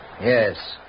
Yes